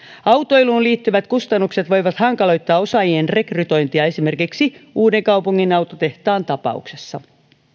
autoiluun liittyvät kustannukset voivat hankaloittaa osaajien rekrytointia esimerkiksi uudenkaupungin autotehtaan tapauksessa